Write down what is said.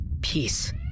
Peace